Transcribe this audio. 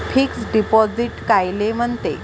Fix deposit कायले म्हनते?